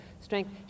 strength